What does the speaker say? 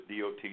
DOT